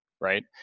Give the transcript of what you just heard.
right